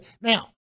now